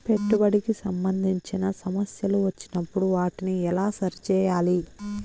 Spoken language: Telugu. పెట్టుబడికి సంబంధించిన సమస్యలు వచ్చినప్పుడు వాటిని ఎలా సరి చేయాలి?